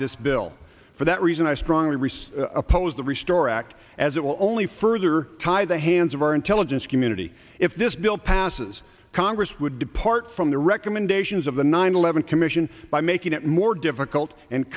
this bill for that reason i strongly rhys oppose the restore act as it will only further tie the hands of our intelligence community if this bill passes congress would depart from the recommendations of the nine eleven commission by making it more difficult and